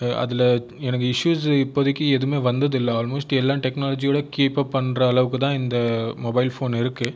அதில் எனக்கு இஸ்யூஷ் இப்போதைக்கு எதுவுமே வந்தது இல்லை ஆல்மோஸ்ட் எல்லா டெக்னாலஜியோடு கீப்அப் பண்ணுற அளவுக்கு தான் இந்த மொபைல் ஃபோன் இருக்குது